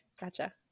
Gotcha